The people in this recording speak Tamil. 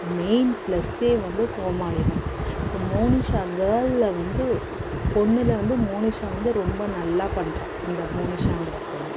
மெயின் ப்ளஸ்ஸே வந்து கோமாளி தான் இப்போ மோனிஷா கேர்ள்லில் வந்து பொண்ணுல வந்து மோனிஷா வந்து ரொம்ப நல்லா பண்ணுறா அந்த மோனிஷான்ற பொண்ணு